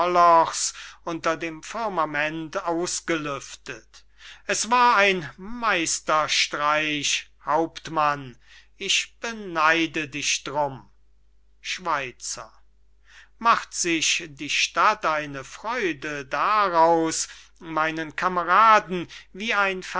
unter dem firmament ausgelüftet es war ein meisterstreich hauptmann ich beneide dich d'rum schweizer macht sich die stadt eine freude daraus meinen kameraden wie ein